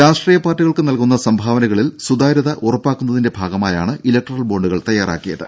രാഷ്ട്രീയ പാർട്ടികൾക്ക് നൽകുന്ന സംഭാവനകളിൽ സുതാര്യത ഉറപ്പാക്കുന്നതിന്റെ ഭാഗമായാണ് ഇലക്ടറൽ ബോണ്ടുകൾ തയ്യാറാക്കിയത്